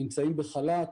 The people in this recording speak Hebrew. נמצאים בחל"ת.